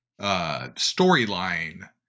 storyline